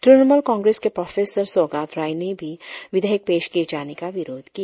तृणमूल कांग्रेस के प्रोफेसर सौगत राय ने भी विधेयक पेश किए जाने का विरोध किया